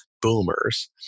boomers